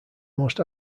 most